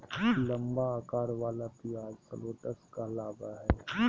लंबा अकार वला प्याज शलोट्स कहलावय हय